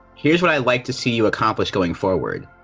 here's what i'd like to see you accomplish going forward.